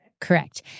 Correct